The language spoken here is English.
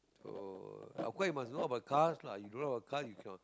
so of course you must know about cars lah if you don't know about cars you cannot